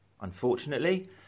Unfortunately